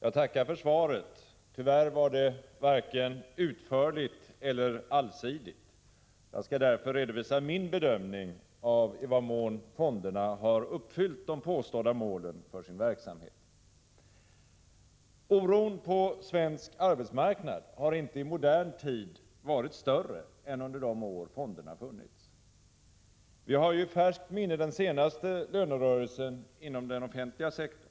Jag tackar för svaret. Tyvärr var det varken utförligt eller allsidigt. Jag skall därför redovisa min bedömning av i vad mån fonderna har uppfyllt de påstådda målen för sin verksamhet. Oron på svensk arbetsmarknad har inte i modern tid varit större än under de år fonderna funnits. Vi har ju i färskt minne den senaste lönerörelsen inom den offentliga sektorn.